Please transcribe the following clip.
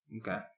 Okay